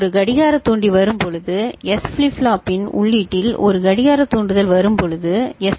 A ஒரு கடிகார தூண்டி வரும் போது எஸ் ஃபிளிப் ஃப்ளாப்பின் உள்ளீட்டில் ஒரு கடிகார தூண்டுதல் வரும்போது எஸ்